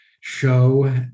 show